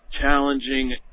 Challenging